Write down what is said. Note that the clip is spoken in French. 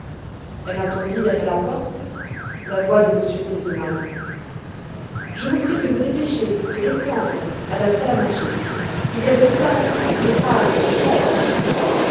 elle entendit derrière la porte la voix de m r sesemann je vous prie de vous dépêcher de descendre à la salle à manger il y a des préparatifs de départ à faire